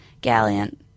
Gallant